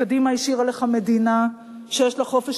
קדימה השאירה לך מדינה שיש לה חופש